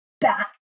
back